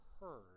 heard